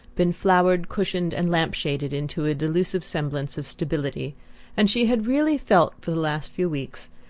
been flowered, cushioned and lamp-shaded into a delusive semblance of stability and she had really felt, for the last few weeks,